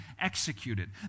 executed